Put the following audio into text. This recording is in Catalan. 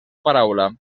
paraula